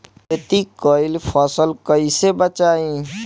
खेती कईल फसल कैसे बचाई?